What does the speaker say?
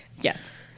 Yes